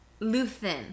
Luthin